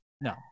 no